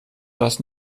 was